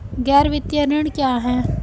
गैर वित्तीय ऋण क्या है?